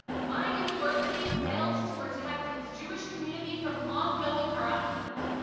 my university failed to protect its jewish community from ongoing harassment,